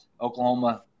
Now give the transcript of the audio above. Oklahoma